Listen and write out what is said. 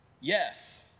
Yes